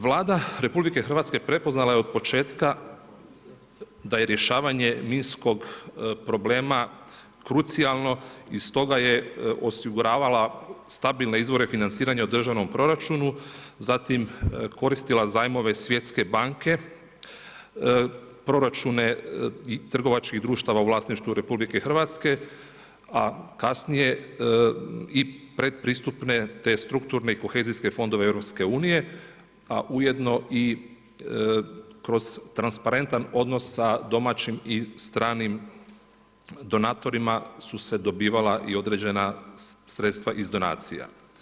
Vlada RH prepoznala je od početka da je rješavanje minskog problema krucijalno i stoga je osiguravala stabilne izvore financiranja u državnom proračunu, zatim koristila zajmove Svjetske banke, proračune i trgovačkih društava u vlasništvu RH a kasnije i predpristupne te strukturne i kohezijske fondove EU-a a ujedno i kroz transparentan odnos sa domaćim i stranim donatorima su se dobivala i određena sredstva iz donacija.